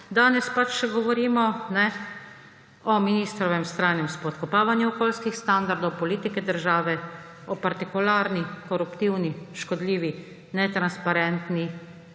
Danes pač govorimo o ministrovem vztrajnem spodkopavanju okoljskih standardov politike države, o partikularni, koruptivni, škodljivi netransparentni